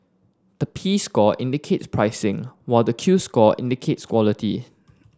the P score indicates pricing while the Q score indicates quality